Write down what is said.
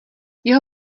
jeho